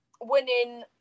winning